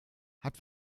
hat